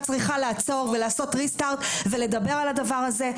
צריכה לעצור ולעשות ריסטרט ולדבר על הדבר הזה.